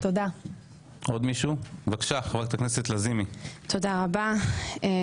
חברת הכנסת לזימי, בבקשה.